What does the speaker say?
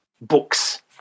books